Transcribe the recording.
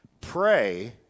pray